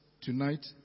tonight